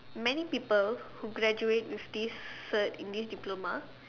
many people who graduate with this cert in this diploma